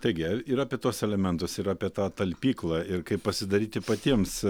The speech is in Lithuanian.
taigi ir apie tuos elementus ir apie tą talpyklą ir kaip pasidaryti patiems